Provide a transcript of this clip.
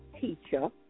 teacher